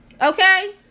Okay